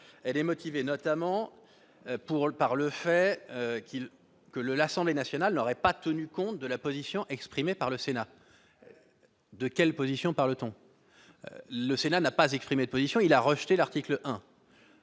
elle est motivée notamment pour l'par le fait qu'il que le l'Assemblée nationale aurait pas tenu compte de la position exprimée par le Sénat de quelle position parle-t-on le Sénat n'a pas exprimé position il a rejeté l'article 1